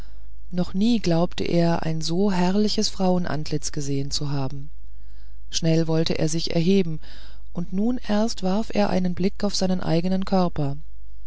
noch nie glaubte er ein so herrliches frauenantlitz gesehen zu haben schnell wollte er sich erheben und nun erst warf er einen blick auf seinen eignen körper